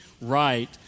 right